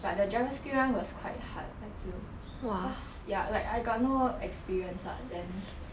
but the JavaScript [one] was quite hard I feel cause ya like I got no experience lah then